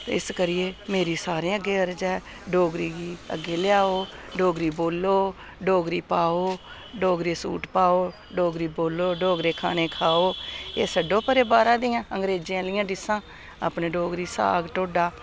ते इस करियै मेरी सारें अग्गें अर्ज ऐ डोगरी गी अग्गें लेआओ डोगरी बोलो डोगरी पाओ डोगरी सूट पाओ डोगरी बोलो डोगरे खाने खाओ एह् छड्डो परे बाह्रा दियां अंग्रेजें आह्लियां डिस्सां अपने डोगरी साग ढोडा